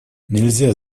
нельзя